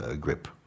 grip